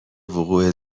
وقوع